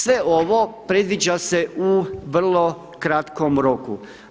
Sve ovo predviđa se u vrlo kratkom roku.